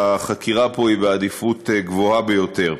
והחקירה פה היא בעדיפות גבוהה ביותר.